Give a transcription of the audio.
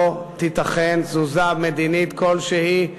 לא תיתכן תזוזה מדינית כלשהי,